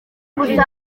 gusa